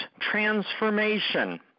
Transformation